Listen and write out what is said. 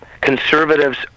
conservatives